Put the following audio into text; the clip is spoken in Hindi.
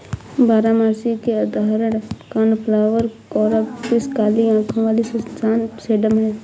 बारहमासी के उदाहरण कोर्नफ्लॉवर, कोरॉप्सिस, काली आंखों वाली सुसान, सेडम हैं